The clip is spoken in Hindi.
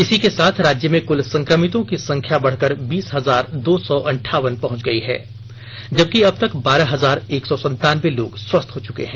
इसी के साथ राज्य में कुल संक्रमितों की संख्या बढ़कर बीस हजार दो सौ अंठावन पहुंच गयी है जबकि अबतक बारह हजार एक सौ संतानबे लोग स्वस्थ हो चुके हैं